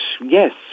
yes